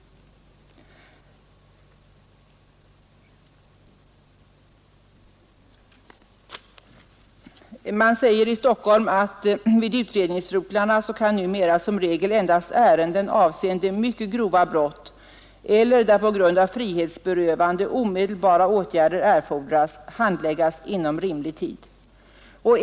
Polisen i Stockholm säger att vid utredningsrotlarna numera som regel endast ärenden som avser mycket grova brott eller där på grund av frihetsberövande omedelbara åtgärder erfordras kan handläggas inom rimlig tid.